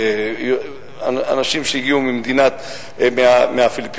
בעיקר אנשים שהגיעו מהפיליפינים.